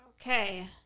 Okay